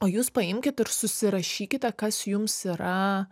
o jūs paimkit ir susirašykite kas jums yra